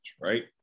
right